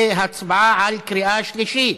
אנחנו עוברים להצבעה בקריאה שלישית.